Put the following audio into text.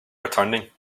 returning